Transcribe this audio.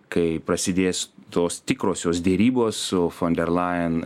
kai prasidės tos tikrosios derybos su fonderlajen